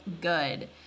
good